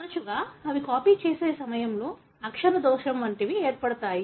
తరచుగా అవి కాపీ చేసే సమయంలో అక్షర దోషం వంటివి ఏర్పడతాయి